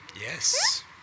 Yes